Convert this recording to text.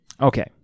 Okay